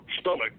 stomach